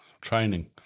training